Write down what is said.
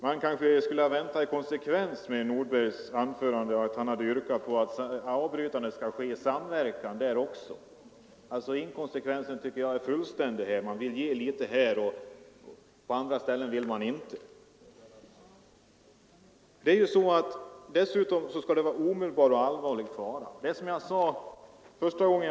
I konsekvens med herr Nordbergs anförande skulle man kanske ha väntat sig att han skulle yrka på att också avbrytande av arbete skulle ske i samverkan. Inkonsekvensen tycker jag är fullständig. Man vill ge litet här och där, men på andra ställen vill man inte. Dessutom skall omedelbar och allvarlig fara vara ett villkor för avbrytande av arbete.